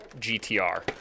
gtr